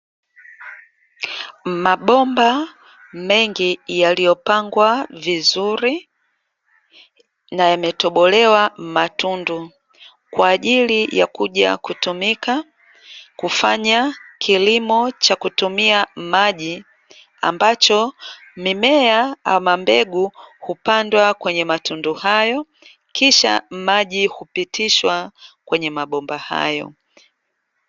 Mabomba mengi yaliyopangwa vizuri na yametobolewa matundu kwa ajili ya kuja kutumika kufanya kilimo cha kutumia maji, ambacho mimea ama mbegu hupandwa kwenye matundu hayo, kisha maji hupitishwa kwenye mabomba hayo.